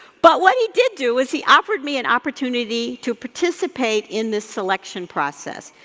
but what he did do was he offered me an opportunity to participate in the selection process,